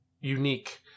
unique